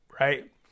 right